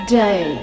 day